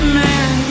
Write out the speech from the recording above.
man